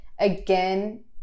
Again